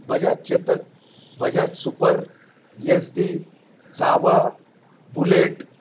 Bajaj Chetak Bajaj super Yezdi Jawa bullet